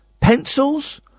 Pencils